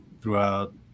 throughout